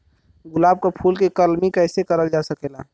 गुलाब क फूल के कलमी कैसे करल जा सकेला?